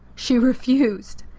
she refused.